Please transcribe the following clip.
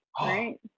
Right